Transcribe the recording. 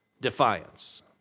defiance